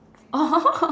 oh